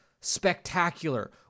spectacular